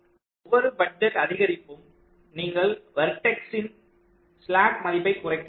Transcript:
ஒவ்வொரு பட்ஜெட் அதிகரிப்பும் நீங்கள் வெர்டெக்ஸின் ஸ்லாக் மதிப்பை குறைக்க வேண்டும்